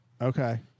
Okay